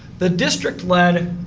the district led,